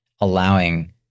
allowing